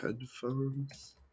headphones